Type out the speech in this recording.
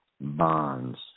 bonds